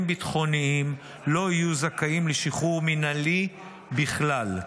ביטחוניים לא יהיו זכאים לשחרור מינהלי בכלל.